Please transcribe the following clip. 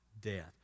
death